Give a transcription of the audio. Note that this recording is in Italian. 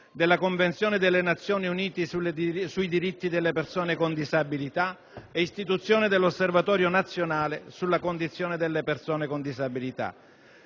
della Convenzione delle Nazioni Unite sui diritti delle persone con disabilità, e istituzione dell'Osservatorio nazionale sulla condizione delle persone con disabilità,